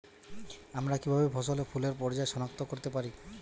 আমরা কিভাবে ফসলে ফুলের পর্যায় সনাক্ত করতে পারি?